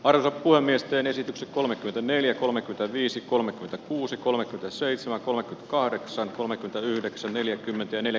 arkkua miesten esitykset kolmekymmentäneljä kolmekymmentäviisi kolmekymmentäkuusi kolmekymmentäseitsemän kolme kahdeksan kolmekymmentäyhdeksän neljäkymmentäneljä